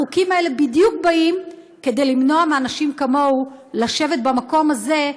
החוקים האלה באים בדיוק כדי למנוע מאנשים כמוהו לשבת במקום הזה,